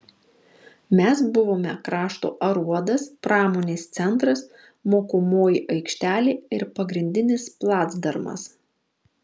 mes buvome krašto aruodas pramonės centras mokomoji aikštelė ir pagrindinis placdarmas